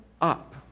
up